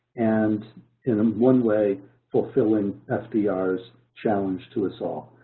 and in um one way fulfilling f d r's challenge to us all.